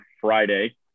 friday